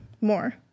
more